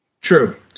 True